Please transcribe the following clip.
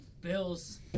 Bills